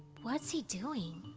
what's he doing?